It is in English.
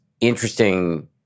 interesting